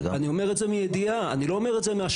אני אומר את זה מידיעה, אני לא אומר את זה מהשערה.